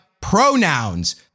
pronouns